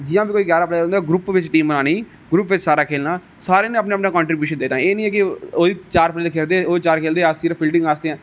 जियां बी कुते ग्यारां प्लेयर होंदे ग्रुप बिच टीम आनी ग्रूप बिच सारे खेलना सारे ने अपना अपना कंट्रबियूशन देना एह् नेई है कि ओहदे चार प्लेयर खेलदे ओहदे चार प्लेयर खेलदे अस सिर्फ फीलडिंग आस्तै हां